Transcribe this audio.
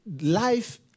life